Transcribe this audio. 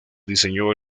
diseñó